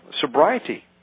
sobriety